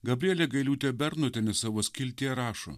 gabrielė gailiūtė bernotienė savo skiltyje rašo